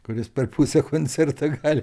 kuris per pusę koncerto gali